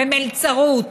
במלצרות,